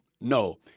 no